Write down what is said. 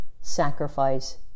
sacrifice